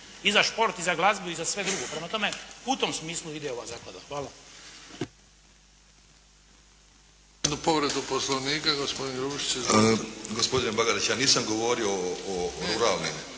i za šport i za glazbu i za sve drugo. Prema tome, u tom smislu ide ova zaklada. Hvala.